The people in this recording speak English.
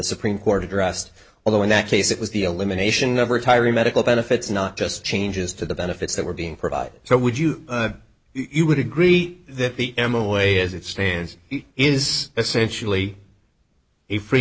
supreme court addressed although in that case it was the elimination of retiring medical benefits not just changes to the benefits that were being provided so would you you would agree that the m away as it stands is essentially a free